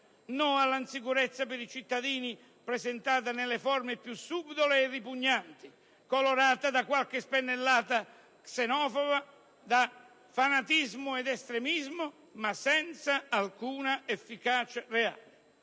no alla insicurezza per i cittadini presentata nelle forme più subdole e ripugnanti e colorata da qualche spennellata xenofoba, da fanatismo ed estremismo ma senza alcuna efficacia reale.